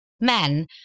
Men